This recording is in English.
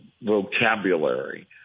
vocabulary